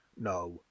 no